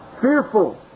fearful